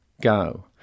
go